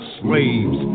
slaves